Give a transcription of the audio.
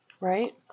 Right